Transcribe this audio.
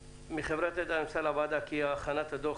מחברת נת"ע נמסר לוועדה כי הכנת דוח